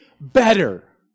better